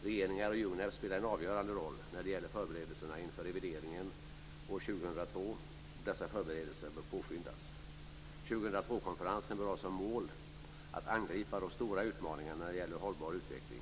Regeringar och UNEP spelar en avgörande roll när det gäller förberedelserna inför revideringen år 2002. Dessa förberedelser bör påskyndas. 2002-konferensen bör ha som mål att angripa de stora utmaningarna när det gäller hållbar utveckling.